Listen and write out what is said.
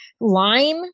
lime